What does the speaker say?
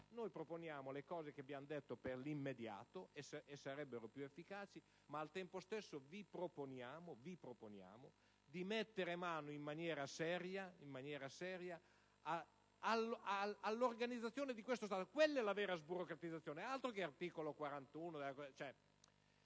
Noi proponiamo le cose che abbiamo detto per l'immediato, che sarebbero più efficaci. Al tempo stesso vi proponiamo di mettere mano in maniera seria all'organizzazione di questo Stato. Quella è la vera sburocratizzazione. Altro che articolo 41!